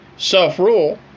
self-rule